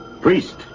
Priest